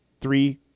three